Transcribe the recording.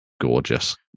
gorgeous